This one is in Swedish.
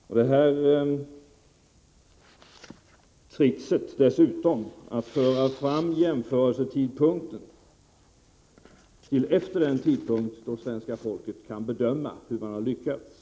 Regeringen gör dessutom tricket att föra fram jämförelsetidpunkten till efter den tidpunkt då svenska folket kan bedöma hur man har lyckats.